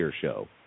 show